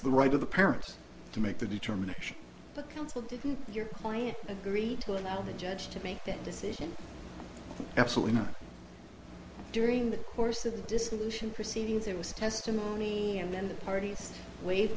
right of the parents to make the determination but counsel didn't your client agree to allow the judge to make that decision absolutely not during the course of the dissolution proceedings there was testimony and then the parties way